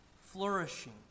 flourishing